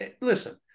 Listen